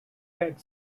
had